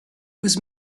was